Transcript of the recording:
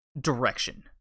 direction